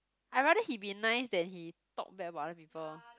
I rather he be nice than he talk bad about other people